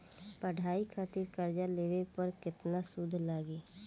पढ़ाई खातिर कर्जा लेवे पर केतना सूद लागी?